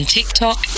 TikTok